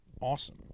Awesome